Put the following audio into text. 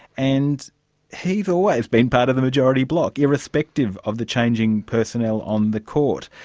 and he's always been part of the majority bloc, irrespective of the changing personnel on the court.